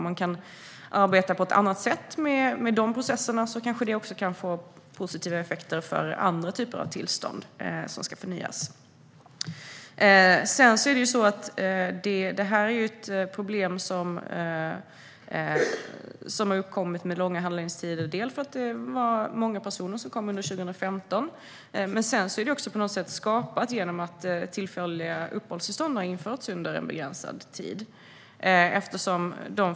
Kan man arbeta på ett annat sätt i dessa processer kan det få positiva effekter för andra typer av tillstånd som ska förnyas. Problemet med långa handläggningstider har uppkommit dels för att det var många personer som kom under 2015, dels för att tillfälliga uppehållstillstånd har införts under en begränsad tid.